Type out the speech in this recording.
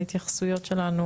ההתייחסויות שלנו